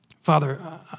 Father